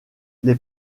les